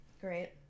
Great